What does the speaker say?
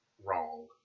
wrong